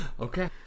Okay